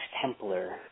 Templar